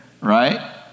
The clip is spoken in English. Right